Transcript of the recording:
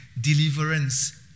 deliverance